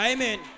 Amen